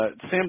Sam